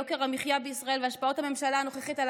יוקר המחיה בישראל והשפעות הממשלה הנוכחית על